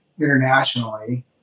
internationally